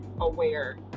aware